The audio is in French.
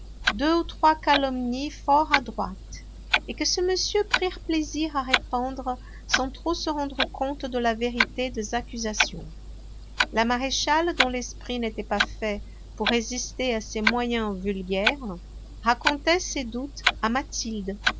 deux ou trois calomnies fort adroites et que ces messieurs prirent plaisir à répandre sans trop se rendre compte de la vérité des accusations la maréchale dont l'esprit n'était pas fait pour résister à ces moyens vulgaires racontait ses doutes à mathilde